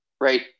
right